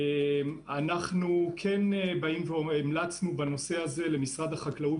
אנחנו המלצנו בנושא הזה למשרד החקלאות